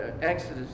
Exodus